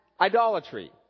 Idolatry